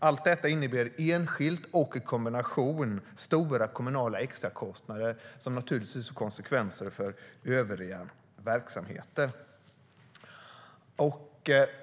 Allt detta innebär enskilt och i kombination stora kommunala extrakostnader som naturligtvis får konsekvenser för övriga verksamheter.